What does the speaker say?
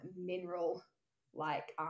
mineral-like